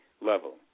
level